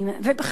ובכלל,